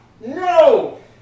No